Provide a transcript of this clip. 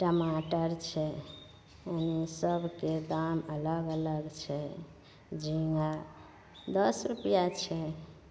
टमाटर छै ओहिमे सबके दाम अलग अलग छै झिङ्गा दस रुपैआ छै